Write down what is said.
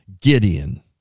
Gideon